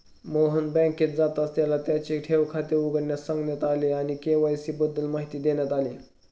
मोहन बँकेत जाताच त्याला त्याचे ठेव खाते उघडण्यास सांगण्यात आले आणि के.वाय.सी बद्दल माहिती देण्यात आली